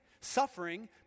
Suffering